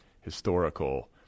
historical